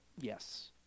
yes